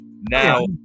now